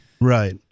Right